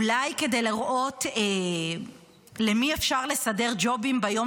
אולי כדי לראות למי אפשר לסדר ג'ובים ביום